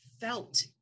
felt